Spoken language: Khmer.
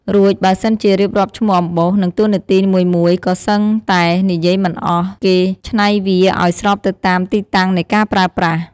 រួចបើសិនជារៀបរាប់ឈ្មោះអំបោស និងតួនាទីមួយៗ ក៏សឹងតែនិយាយមិនអស់ គេច្នៃវាអោយស្របទៅតាមទីតាំងនៃការប្រើប្រាស់។